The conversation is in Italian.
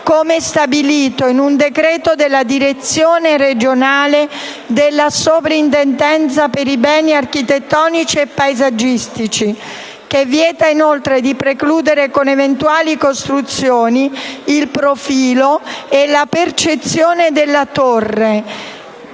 come stabilito in un decreto della Direzione regionale della Soprintendenza per i beni architettonici e paesaggistici, che vieta inoltre di «precludere con eventuali costruzioni il profilo e la percezione della Torre»,